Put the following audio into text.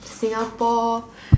Singapore